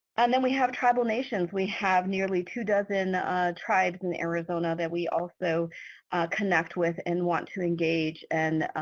and then we have tribal nations. we have nearly two dozen tribes in arizona that we also connect with and want to engage and